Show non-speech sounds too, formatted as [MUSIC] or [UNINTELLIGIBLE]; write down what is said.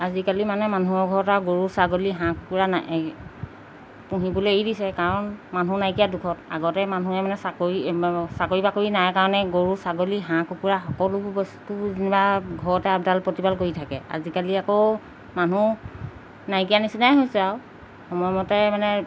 আজিকালি মানে মানুহৰ ঘৰত আৰু গৰু ছাগলী হাঁহ কুকুৰা নাই পুহিবলৈ এৰি দিছে কাৰণ মানুহ নাইকিয়া দুখত আগতে মানুহে মানে চাকৰি [UNINTELLIGIBLE] চাকৰি বাকৰি নাই কাৰণে গৰু ছাগলী হাঁহ কুকুৰা সকলোবোৰ বস্তু যেনিবা ঘৰতে আপডাল প্ৰতিপাল কৰি থাকে আজিকালি আকৌ মানুহ নাইকীয়া নিচিনাই হৈছে আৰু সময়মতে মানে